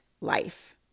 life